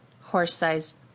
horse-sized